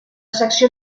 secció